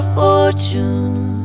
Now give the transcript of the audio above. fortune